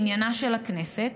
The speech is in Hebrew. בעניינה של הכנסת,